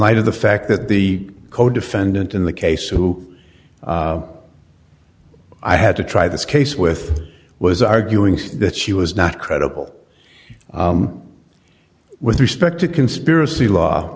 light of the fact that the codefendant in the case who i had to try this case with was arguing that she was not credible with respect to conspiracy law